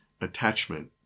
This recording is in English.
attachment